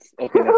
Okay